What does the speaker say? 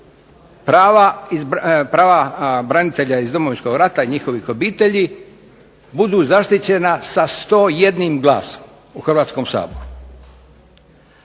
prava branitelja iz Domovinskog rata i njihovih obitelji budu zaštićena sa 101 glasom u Hrvatskom saboru.